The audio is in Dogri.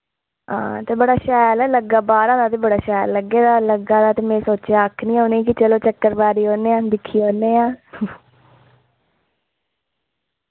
हां ते बड़ा शैल ऐ लग्गा बाह्रा दा ते बड़ा शैल लग्गे दा लग्गा दा ते मैं सोचेया आक्खनियां उ'नें कि चलो चक्कर मारी औन्ने आं दिक्खी औने आं